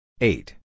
Eight